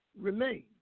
remain